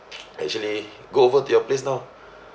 actually go over to your place now